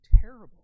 terrible